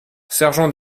sergent